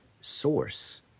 source